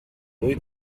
wyt